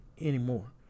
anymore